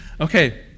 Okay